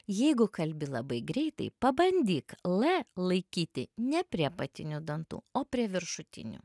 jeigu kalbi labai greitai pabandyk l laikyti ne prie apatinių dantų o prie viršutinių